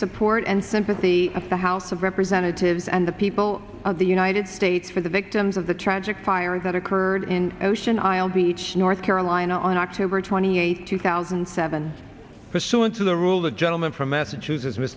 support and sympathy of the house of representatives and the people of the united states for the victims of the tragic fire that occurred in ocean isle beach north carolina on october twenty eighth two thousand and seven pursuant to the rule of the gentleman from massachusetts